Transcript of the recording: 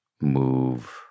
move